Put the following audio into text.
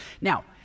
Now